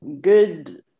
good